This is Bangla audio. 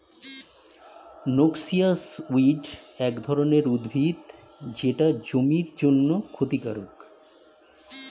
নক্সিয়াস উইড এক ধরনের উদ্ভিদ যেটা জমির জন্যে ক্ষতিকারক